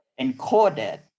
encoded